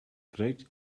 great